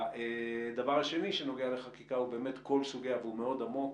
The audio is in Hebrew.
הדבר השני שנוגע לחקיקה והוא מאוד עמוק,